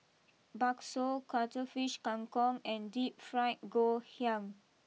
Bakso Cuttlefish Kang Kong and deep Fried Ngoh Hiang